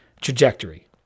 trajectory